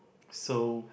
so